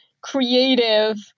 creative